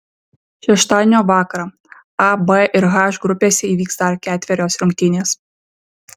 šeštadienio vakarą a b ir h grupėse įvyks dar ketverios rungtynės